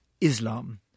Islam